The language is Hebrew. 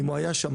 אם הוא היה שם,